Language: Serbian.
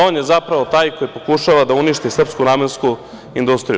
On je zapravo taj koji pokušava da uništi srpsku namensku industriju.